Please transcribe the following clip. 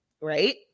right